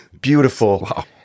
Beautiful